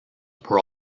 were